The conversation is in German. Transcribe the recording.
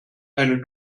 eine